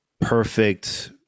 perfect